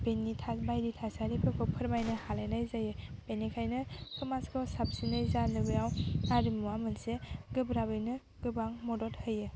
बेनि थार बायदि थासारिफोरखौ फोरमायनो हालायनाय जायो बेनिखायनो समाजखौ साबसिनै जानो बेयाव आरिमुआ मोनसे गोब्राबैनो गोबां मदद होयो